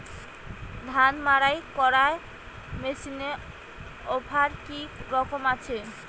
ধান মাড়াই করার মেশিনের অফার কী রকম আছে?